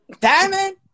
Diamond